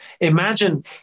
Imagine